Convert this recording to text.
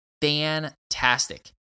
Fantastic